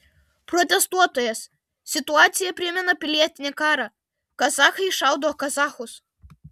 protestuotojas situacija primena pilietinį karą kazachai šaudo kazachus